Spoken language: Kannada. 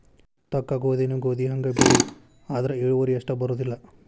ತೊಕ್ಕಗೋಧಿನೂ ಗೋಧಿಹಂಗ ಬೆಳಿ ಆದ್ರ ಇಳುವರಿ ಅಷ್ಟ ಬರುದಿಲ್ಲಾ